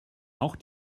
auch